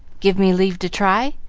give me leave to try?